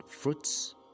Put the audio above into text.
fruits